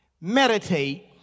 meditate